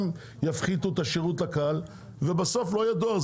יפחיתו את השירות לקהל ובסוף לא יהיה דואר.